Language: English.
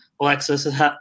Alexis